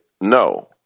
no